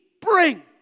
bring